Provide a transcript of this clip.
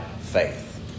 faith